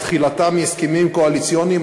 תחילתה מהסכמים קואליציוניים.